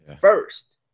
first